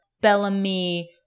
Bellamy